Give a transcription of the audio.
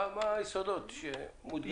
מה היסודות שמודגשים בהשתלמות?